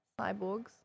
cyborgs